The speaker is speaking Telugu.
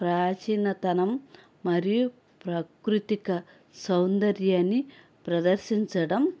ప్రాచీనతనం మరియు ప్రకృతిక సౌందర్యాన్ని ప్రదర్శించడం